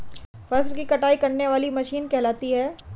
फसल की कटाई करने वाली मशीन कहलाती है?